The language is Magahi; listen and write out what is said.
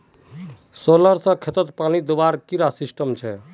सोलर से खेतोत पानी दुबार की सिस्टम छे?